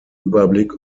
überblick